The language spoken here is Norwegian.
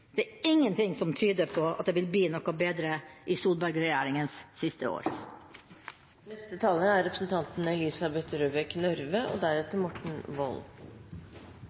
Det er ingenting som tyder på at det vil bli noe bedre i Solberg-regjeringas siste år. I Norge er